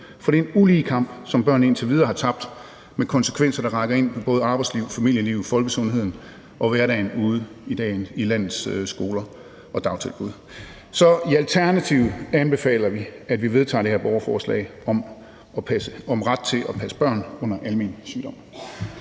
For det er en ulige kamp, som børn indtil videre har tabt, med konsekvenser, der rækker ind i både arbejdsliv, familieliv, folkesundheden og hverdagen ude i landets skoler og dagtilbud. Så i Alternativet anbefaler vi, at vi vedtager det her borgerforslag om ret til at passe børn under almen sygdom.